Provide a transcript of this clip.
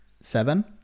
seven